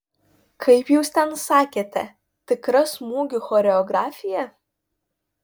kaip jūs ten sakėte tikra smūgių choreografija